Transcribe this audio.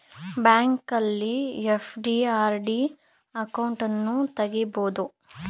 ಬ್ಯಾಂಕಲ್ಲಿ FD, RD ಅಕೌಂಟನ್ನು ತಗಿಬೋದು